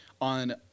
on